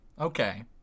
Okay